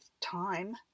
time